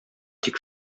тик